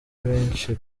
benshi